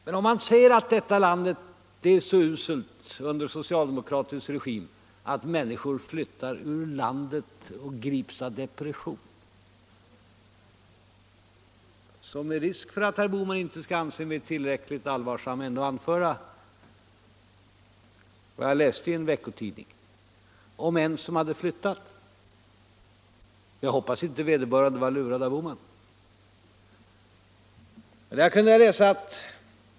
Men om man säger att detta land är så uselt under socialdemokratisk regim att människor grips av depression och flyttar ur landet, skall jag med risk för att herr Bohman inte skall anse mig vara tillräckligt allvarlig ändå anföra vad jag läste i en veckotidning om en person som hade flyttat ut. Jag hoppas vederbörande inte hade blivit lurad därtill av herr Bohman.